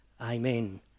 Amen